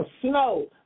snow